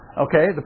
Okay